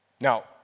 Now